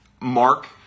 mark